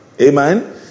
Amen